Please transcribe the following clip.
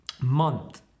month